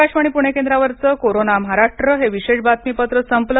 आकाशवाणी पूणे केंद्रावरच कोरोना महाराष्ट्र हे विशेष बातमीपत्र संपलं